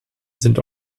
sind